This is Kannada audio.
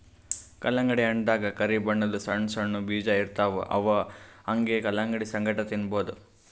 ಕಲ್ಲಂಗಡಿ ಹಣ್ಣ್ ದಾಗಾ ಕರಿ ಬಣ್ಣದ್ ಸಣ್ಣ್ ಸಣ್ಣು ಬೀಜ ಇರ್ತವ್ ಅವ್ ಹಂಗೆ ಕಲಂಗಡಿ ಸಂಗಟ ತಿನ್ನಬಹುದ್